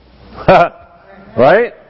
Right